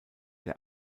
der